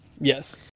Yes